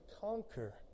conquer